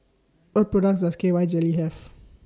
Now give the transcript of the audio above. What products Does K Y Jelly Have